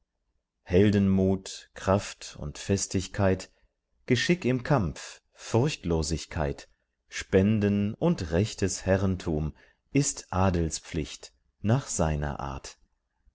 heldenmut kraft und festigkeit geschick im kampf furchtlosigkeit spenden und rechtes herrentum ist adels pflicht nach seiner art